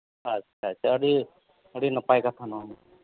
ᱟᱪᱪᱷᱟ ᱟᱪᱪᱷᱟ ᱟᱹᱰᱤ ᱱᱟᱯᱟᱭ ᱠᱟᱛᱷᱟ ᱱᱚᱣᱟ ᱦᱚᱸ